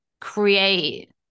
create